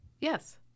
Yes